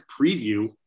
preview